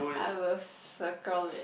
I will circle it